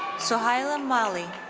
sohaila and mali.